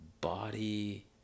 body